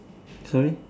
sorry